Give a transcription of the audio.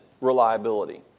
reliability